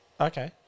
Okay